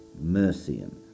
Mercian